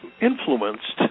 influenced